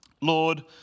Lord